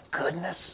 goodness